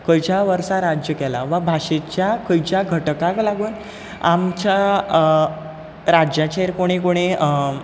खंयच्या वर्सा राज्य केलां वा भाशेच्या खंयच्या घटकाक लागून आमच्या राज्याचेर कोणें कोणें